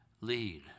lead